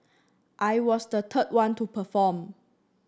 I was the third one to perform